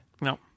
No